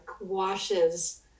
washes